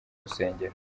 rusengero